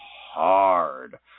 hard